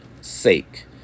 sake